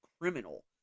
criminal